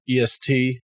EST